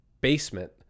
basement